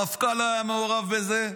המפכ"ל היה מעורב בזה,